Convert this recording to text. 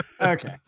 Okay